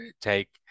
take